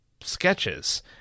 sketches